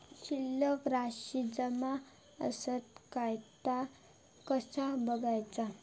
शिल्लक राशी जमा आसत काय ता कसा बगायचा?